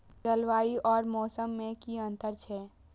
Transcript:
जलवायु और मौसम में कि अंतर छै?